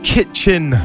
Kitchen